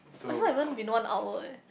it's not even been one hour eh